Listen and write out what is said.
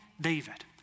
David